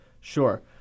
Sure